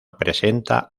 presenta